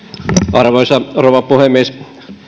arvoisa rouva puhemies